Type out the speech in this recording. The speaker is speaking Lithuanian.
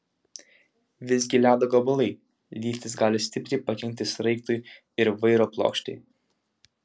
visgi ledo gabalai lytys gali stipriai pakenkti sraigtui ir vairo plokštei